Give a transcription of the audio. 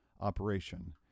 operation